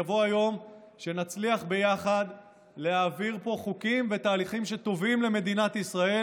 יבוא היום שנצליח יחד להעביר פה חוקים ותהליכים שטובים למדינת ישראל,